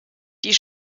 die